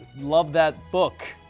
love that book.